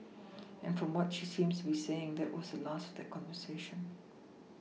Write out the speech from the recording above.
and from what she seems to be saying that was the last of their conversation